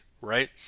right